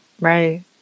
right